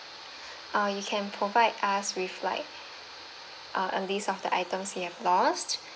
uh you can provide us with like uh a list of the items you have lost